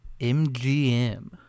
MGM